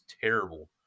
terrible